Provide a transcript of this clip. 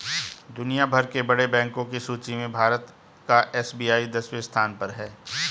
दुनिया भर के बड़े बैंको की सूची में भारत का एस.बी.आई दसवें स्थान पर है